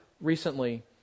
recently